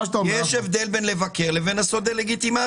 יש הבדל בין לבקר לבין לעשות דה-לגיטימציה.